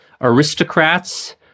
aristocrats